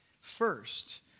First